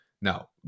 Now